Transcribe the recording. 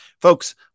Folks